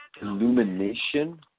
illumination